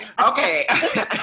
okay